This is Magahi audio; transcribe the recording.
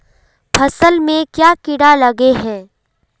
फसल में क्याँ कीड़ा लागे है?